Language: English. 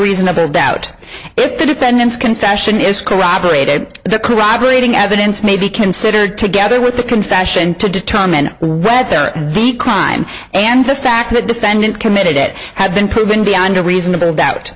reasonable doubt if the defendant's confession is corroborated the corroborating evidence may be considered together with the confession to determine whether the crime and the fact the defendant committed it had been proven beyond a reasonable doubt